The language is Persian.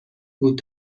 بود